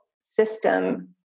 system